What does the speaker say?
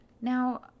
Now